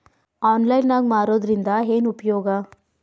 Online ನಾಗ್ ಮಾರೋದ್ರಿಂದ ಏನು ಉಪಯೋಗ?